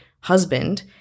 husband